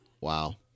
wow